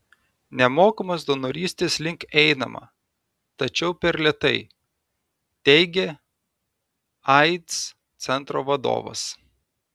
nemokamos donorystės link einama tačiau per lėtai teigė aids centro vadovas